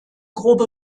grobe